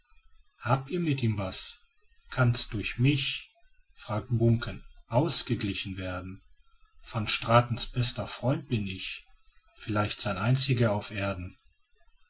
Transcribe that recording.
habt ihr mit ihm was kann's durch mich fragt buncken ausgeglichen werden van stratens bester freund bin ich vielleicht sein einziger auf erden